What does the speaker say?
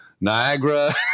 Niagara